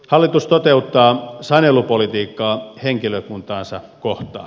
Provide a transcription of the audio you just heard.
hallitus toteuttaa sanelupolitiikkaa henkilökuntaansa kohtaan